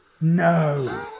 No